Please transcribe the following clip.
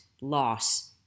loss